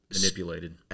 manipulated